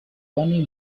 bunny